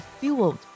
fueled